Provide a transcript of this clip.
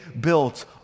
built